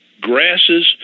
grasses